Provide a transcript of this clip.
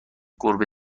گربه